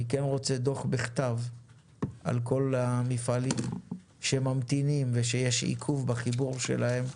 אני כן רוצה דוח בכתב על כל המפעלים שממתינים ושיש עיכוב בחיבור שלהם.